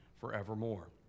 forevermore